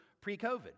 pre-COVID